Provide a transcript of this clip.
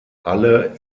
alle